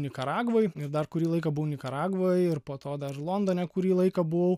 nikaragvoj ir dar kurį laiką buvau nikaragvoj ir po to dar londone kurį laiką buvau